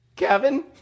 Kevin